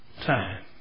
time